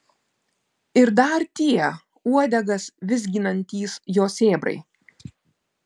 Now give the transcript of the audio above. ir dar tie uodegas vizginantys jo sėbrai